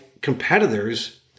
competitors